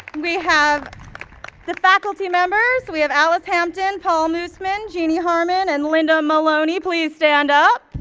we have the faculty members. we have alice hampton, paul moosman, jeanie harmon and linda maloney, please stand up.